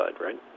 right